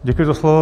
Děkuji za slovo.